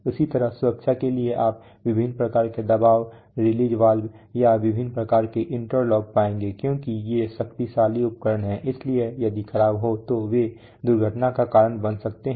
इसी तरह सुरक्षा के लिए आप विभिन्न प्रकार के दबाव रिलीज वाल्व या विभिन्न प्रकार के इंटरलॉक पाएंगे क्योंकि ये शक्तिशाली उपकरण हैं इसलिए यदि खराबी हो तो वे दुर्घटना का कारण बन सकते हैं